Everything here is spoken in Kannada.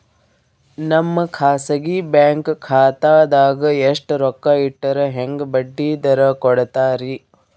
ನಮ್ಮ ಖಾಸಗಿ ಬ್ಯಾಂಕ್ ಖಾತಾದಾಗ ಎಷ್ಟ ರೊಕ್ಕ ಇಟ್ಟರ ಹೆಂಗ ಬಡ್ಡಿ ದರ ಕೂಡತಾರಿ?